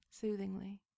soothingly